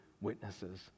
witnesses